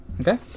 Okay